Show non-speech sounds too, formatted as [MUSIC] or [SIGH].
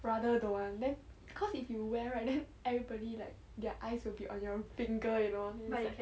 brother don't want then [NOISE] cause if you wear right then everybody like their eyes will be on your finger you know [NOISE]